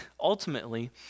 ultimately